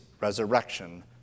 resurrection